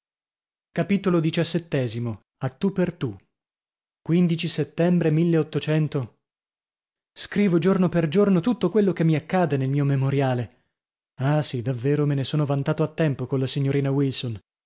a a tu per tu settembre scrivo giorno per giorno tutto quello che mi accade nel mio memoriale ah sì davvero me ne sono vantato a tempo colla signorina wilson